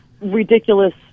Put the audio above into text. ridiculous